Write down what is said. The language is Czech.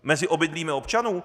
Mezi obydlími občanů?